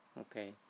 Okay